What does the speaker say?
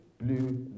blue